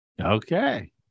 okay